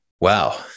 Wow